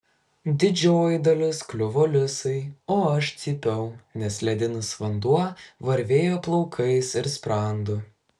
didžioji dalis kliuvo lisai o aš cypiau nes ledinis vanduo varvėjo plaukais ir sprandu